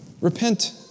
Repent